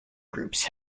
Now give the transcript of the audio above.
groups